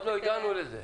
עוד לא הגענו לזה.